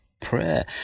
prayer